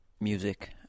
music